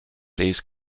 these